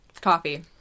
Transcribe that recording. Coffee